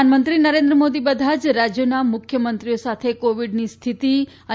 પ્રધાનમંત્રી નરેન્દ્ર મોદી બધા જ રાજ્યોના મુખ્યમંત્રીઓ સાથે કોવિડની સ્થિતિ અને